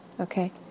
okay